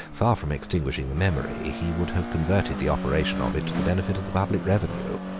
far from extinguishing the memory, he would have converted the operation of it to the benefit of the public revenue.